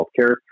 healthcare